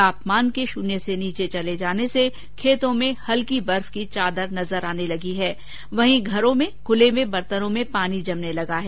तापमान के शून्य से नीचे चले जाने से खतों में हल्की बर्फ की चादर नजर आने लगी हैं वहीं घरों में खुले में बर्तनों में पानी जमने लगा है